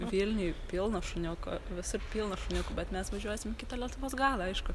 vilniuj pilna šuniukų visur pilna šuniukų bet mes važiuosim į kitą lietuvos galą aišku